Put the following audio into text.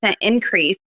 increase